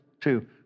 two